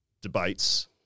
debates